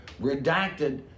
redacted